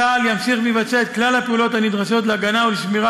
צה"ל ימשיך לבצע את כלל הפעולות הנדרשות להגנה ולשמירה